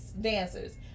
dancers